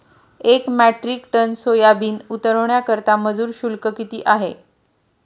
एक metric ton soybean उतरवण्याकरता मजूर शुल्क किती आहे?